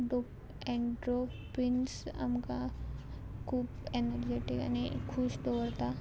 डो endorphins आमकां खूब एनर्जेटीक आनी खूश दवरता